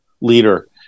leader